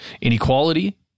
Inequality